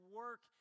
work